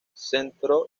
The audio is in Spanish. centró